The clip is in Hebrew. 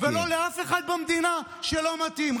ולא לאף אחד במדינה שלא מתאים.